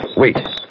Wait